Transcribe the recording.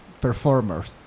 performers